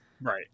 right